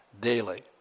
daily